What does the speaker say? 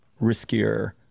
riskier